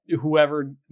whoever